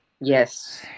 Yes